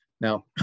Now